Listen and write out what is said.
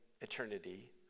eternity